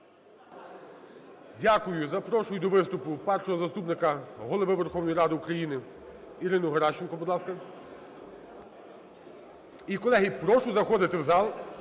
Дякую. Запрошую до виступу Першого заступника Голови Верховної Ради України Ірину Геращенко, будь ласка. І, колеги, прошу заходити в зал,